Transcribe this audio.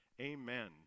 Amen